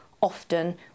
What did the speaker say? often